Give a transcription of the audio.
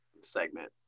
segment